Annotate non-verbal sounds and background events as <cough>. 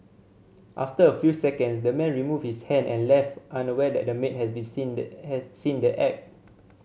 after a few seconds the man removed his hand and left unaware that the maid has been seen the <unintelligible> has seen the act